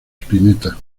spinetta